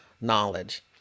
knowledge